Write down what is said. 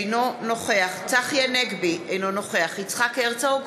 אינו נוכח צחי הנגבי, אינו נוכח יצחק הרצוג,